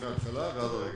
מהתחלה ועד הרגע.